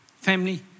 Family